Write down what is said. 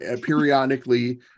periodically